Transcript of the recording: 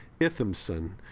Ithamson